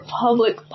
public